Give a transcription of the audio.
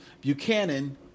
Buchanan